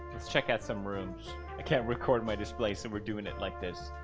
let's check out some rooms. i can't record my display, so we're doing it like this.